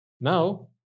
Now